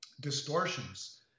distortions